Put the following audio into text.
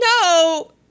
no